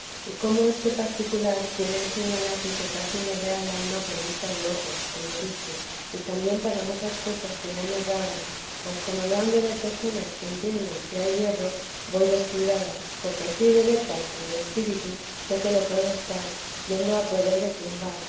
y como este particular quiere el señor aquí que casi le vea el alma por vista de ojos como dicen y también para muchas cosas que irán erradas mas como lo han de ver personas que entiendan si hay yerro voy descuidada porque ansí de letras como de espíritu sé que lo puedo estar yendo a poder de quien va